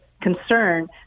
concern